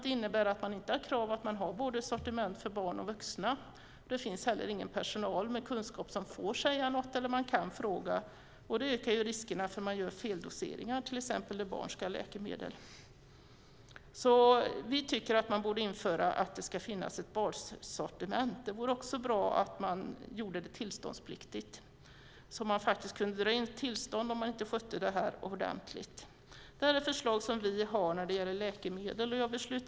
Det innebär att det finns inget krav på sortiment för både barn och vuxna. Det finns heller ingen personal med kunskap som får säga något eller som man kan fråga. Det ökar riskerna för feldoseringar för barn som ska få läkemedel. Vi tycker att ett bassortiment ska införas. Det vore också bra att göra försäljningen tillståndspliktig, så att tillstånd kan dras in om försäljningen inte sköts ordentligt. Det här är förslag som vi har för läkemedel.